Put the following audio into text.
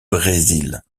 brésil